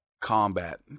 combat